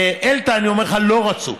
באלתא, אני אומר לך, לא רצו.